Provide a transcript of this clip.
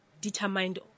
determined